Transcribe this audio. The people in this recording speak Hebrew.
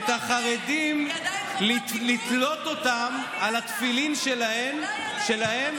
את החרדים לתלות על התפילין שלהם,